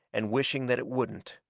and wishing that it wouldn't.